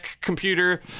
computer